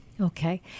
Okay